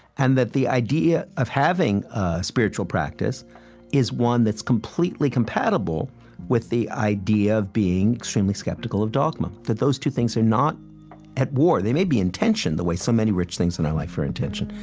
and that the idea of having a spiritual practice is one that's completely compatible with the idea of being extremely skeptical of dogma that those two things are not at war. they may be in tension, the way so many rich things in our life are in tension,